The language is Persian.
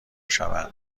شوند